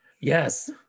Yes